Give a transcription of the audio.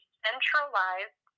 centralized